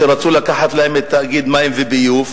אני לא נכנס לכל הנקודות, אבל תחום הבינוי מטופל.